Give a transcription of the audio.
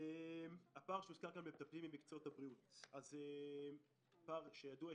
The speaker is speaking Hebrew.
הפער שהוזכר כאן במטפלים במקצועות הבריאות זה פער ידוע,